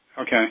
Okay